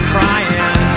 Crying